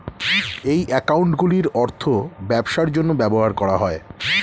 এই অ্যাকাউন্টগুলির অর্থ ব্যবসার জন্য ব্যবহার করা হয়